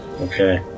Okay